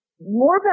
more